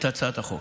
את הצעת החוק.